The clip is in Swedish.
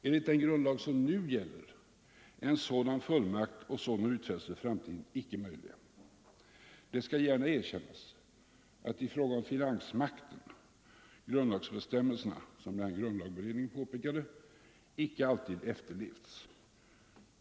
Enligt den grundlag som nu gäller är en sådan fullmakt och sådana utfästelser för framtiden icke möjliga. Det skall gärna erkännas att grundlagsbestämmelserna i fråga om finansmakten inte alltid har efterlevts, som redan grundlagberedningen påpekade.